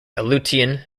aleutian